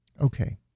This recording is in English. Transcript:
Okay